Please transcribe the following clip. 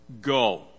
go